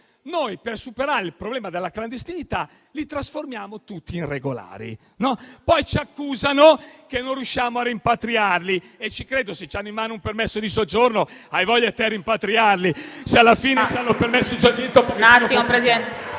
noi per superare il problema della clandestinità li trasformiamo tutti in regolari. Poi ci accusano che non riusciamo a rimpatriarli e ci credo: se hanno in mano un permesso di soggiorno. Hai voglia a rimpatriarli,